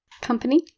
Company